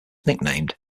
nicknamed